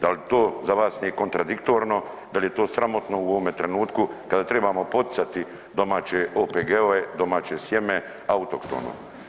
Da li to za vas nije kontradiktorno, da li je to sramotno u ovome trenutku kada trebamo poticati domaće OPG-ove, domaće sjeme autohtono?